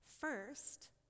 First